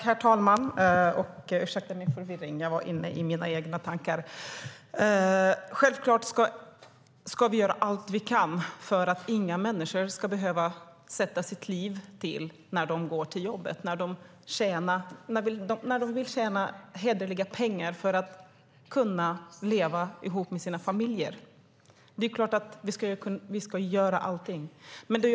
Herr talman! Självklart ska vi göra allt vi kan för att inga människor ska behöva sätta livet till när de går till jobbet och vill tjäna hederliga pengar för att kunna leva ihop med sina familjer. Det är klart att vi ska göra allting för att motverka det.